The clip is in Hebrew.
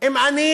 אם אני